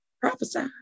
Prophesy